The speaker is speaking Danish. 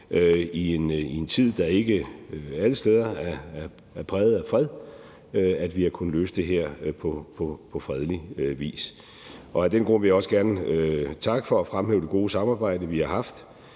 i en tid, der ikke alle steder er præget af fred, at vi har kunnet løse det her på fredelig vis. Af den grund vil jeg også gerne takke for at fremhæve det gode samarbejde, vi har haft